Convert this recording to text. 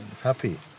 happy